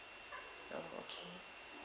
uh okay